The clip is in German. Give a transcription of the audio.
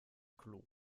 klo